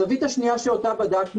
הזווית השלישית שבדקנו